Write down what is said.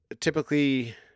typically